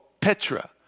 Petra